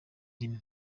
rimwe